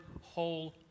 whole